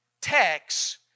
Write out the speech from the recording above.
text